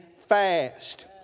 fast